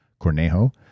Cornejo